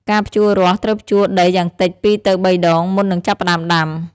ការភ្ជួររាស់ ត្រូវភ្ជួរដីយ៉ាងតិច ២ ទៅ ៣ ដង មុននឹងចាប់ផ្តើមដាំ។